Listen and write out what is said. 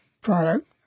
product